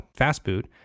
Fastboot